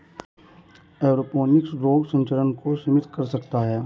aeroponics रोग संचरण को सीमित कर सकता है